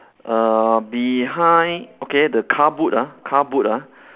err behind okay the car boot ah car boot ah